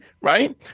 right